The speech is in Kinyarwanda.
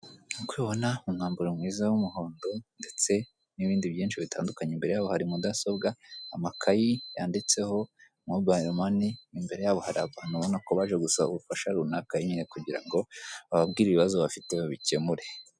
Nk'uko ubibona umwambaro mwiza w'umuhondo ndetse n'ibindi byinshi bitandukanye imbere yabo hari mudasobwa, amakayi yanditseho mobilo mani imbere yabo hari abantu ubona ko baje gushaka ubufasha runaka nyine kugira ngo babwire ibibazo bafite babikemure.